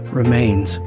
remains